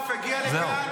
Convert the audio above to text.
וסרלאוף הגיע לכאן, ואמר: